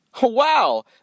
Wow